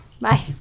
bye